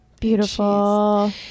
Beautiful